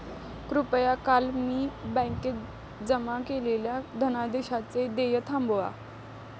कृपया काल मी बँकेत जमा केलेल्या धनादेशाचे देय थांबवा